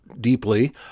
deeply